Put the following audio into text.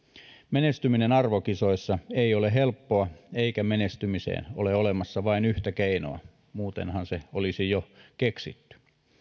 menestyminen arvokisoissa ei ole helppoa eikä menestymiseen ole olemassa vain yhtä keinoa muutenhan se olisi jo keksitty